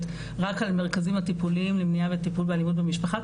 רק על המרכזים הטיפוליים למניעה וטיפול באלימות במשפחה,